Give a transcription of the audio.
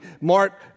Mark